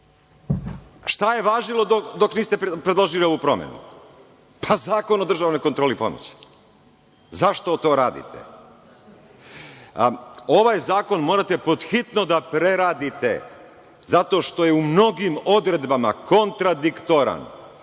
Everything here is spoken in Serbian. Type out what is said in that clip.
Šta je važilo dok niste predložili ovu promenu? Pa Zakon o državnoj kontroli pomoći. Zašto to radite? Ovaj zakon morate pod hitno da preradite zato što je u mnogim odredbama kontradiktoran